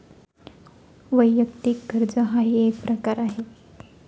वैयक्तिक कर्ज हाही एक प्रकार आहे